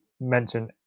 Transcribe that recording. mention